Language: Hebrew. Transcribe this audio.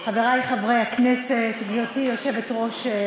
חברי חברי הכנסת, גברתי היושבת-ראש,